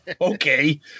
Okay